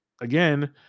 again